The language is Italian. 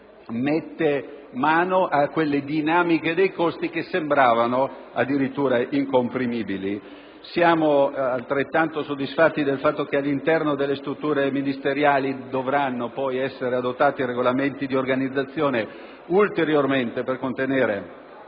mettendo mano a quelle dinamiche dei costi che sembravano addirittura incomprimibili. Siamo altrettanto soddisfatti che all'interno delle strutture ministeriali dovranno poi essere adottati Regolamenti di organizzazione per contenere